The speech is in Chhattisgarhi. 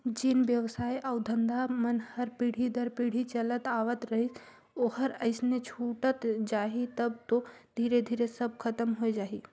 जेन बेवसाय अउ धंधा मन हर पीढ़ी दर पीढ़ी चलत आवत रहिस ओहर अइसने छूटत जाही तब तो धीरे धीरे सब खतम होए जाही